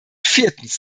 viertens